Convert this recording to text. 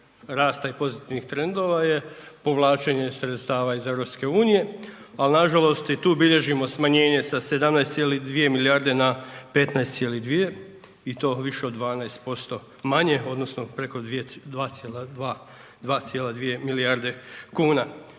rasta i pozitivnih trendova je povlačenje sredstava iz EU-a ali nažalost i tu bilježimo smanjenje sa 17,2 na 15,2 i to više od 12% manje odnosno preko 2,2 milijarde kuna.